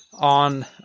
on